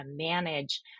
manage